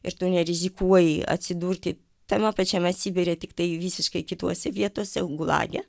ir tu nerizikuoji atsidurti tame pačiame sibire tiktai visiškai kituose vietose jau gulage